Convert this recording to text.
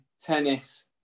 Tennis